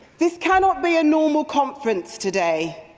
this cannot be a normal conference today.